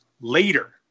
later